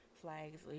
flags